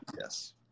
Yes